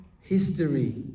history